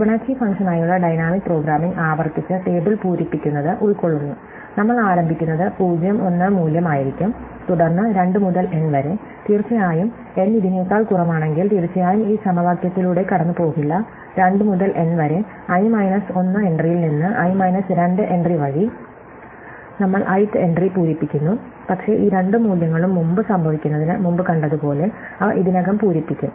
Fibonacci ഫംഗ്ഷനായുള്ള dynamic programming ആവർത്തിച്ച് table പൂരിപ്പിക്കുന്നത് ഉൾക്കൊള്ളുന്നു നമ്മൾ ആരംഭിക്കുന്നത് 0 1 മൂല്യം ആയിരിക്കും തുടർന്ന് 2 മുതൽ n വരെ തീർച്ചയായും n ഇതിനേക്കാൾ കുറവാണെങ്കിൽ തീർച്ചയായും ഈ സമവാക്യത്തിലൂടെ കടന്നുപോകില്ല 2 മുതൽ n വരെ i മൈനസ് 1 എൻട്രിയിൽ നിന്ന് i മൈനസ് 2 എൻട്രി വഴി നമ്മൾ ith എൻട്രി പൂരിപ്പിക്കുന്നു പക്ഷേ ഈ രണ്ട് മൂല്യങ്ങളും മുമ്പ് സംഭവിക്കുന്നതിന് മുമ്പ് കണ്ടതുപോലെ അവ ഇതിനകം പൂരിപ്പിക്കും